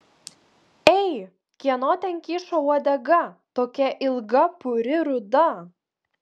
ei kieno ten kyšo uodega tokia ilga puri ruda